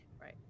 right